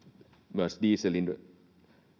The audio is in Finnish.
myös dieselin